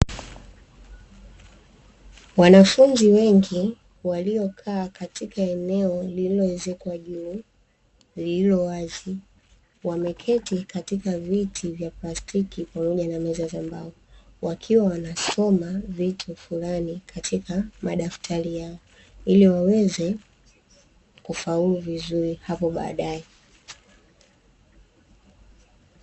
Wanafunzi wengi waliokaa katika eneo lililowezekwa juu lililo wazi, wameketi katika viti vya plastiki pamoja na meza za mbao; wakiwa wanasoma vitu fulani katika madaftari yao ili waweze kufaulu vizuri hapo baadaye.